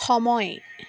সময়